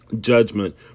judgment